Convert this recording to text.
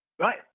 Right